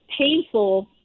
painful